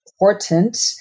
important